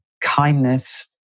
kindness